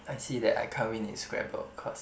I see that I can't win in Scrabble cause